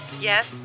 Yes